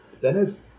Dennis